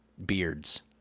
beards